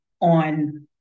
on